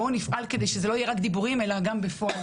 בואו נפעל כדי שזה לא יהיה רק דיבורים אלא שגם בפועל